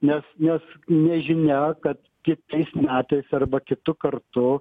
nes nes nežinia kad kitais metais arba kitu kartu